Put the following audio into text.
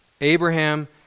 Abraham